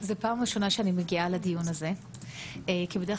זאת פעם ראשונה שאני מגיעה לדיון הזה כי בדרך